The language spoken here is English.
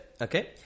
okay